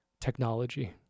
technology